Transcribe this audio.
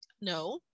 no